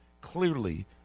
clearly